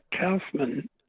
Kaufman